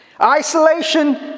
Isolation